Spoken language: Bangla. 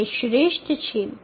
এটি সন্তোষজনক